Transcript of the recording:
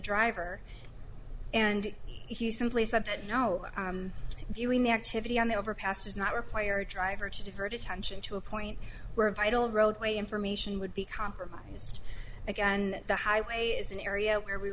driver and he simply said that no viewing the activity on the overpass does not require a driver to divert attention to a point where vital roadway information would be compromised again the highway is an area where we